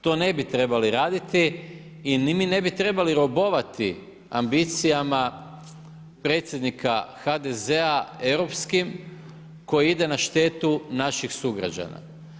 To ne bi trebali raditi i mi ne bi trebali robovati ambicijama predsjednika HDZ-a europskim koji ide na štetu naših sugrađana.